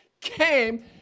came